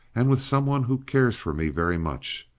and with some one who cares for me very much.